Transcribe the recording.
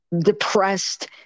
depressed